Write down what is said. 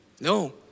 No